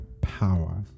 power